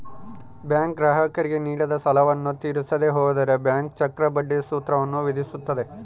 bank ಗ್ರಾಹಕರಿಗೆ ನೀಡಿದ ಸಾಲವನ್ನು ತೀರಿಸದೆ ಹೋದರೆ ಬ್ಯಾಂಕ್ ಚಕ್ರಬಡ್ಡಿ ಸೂತ್ರವನ್ನು ವಿಧಿಸುತ್ತದೆ